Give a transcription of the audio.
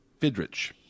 Fidrich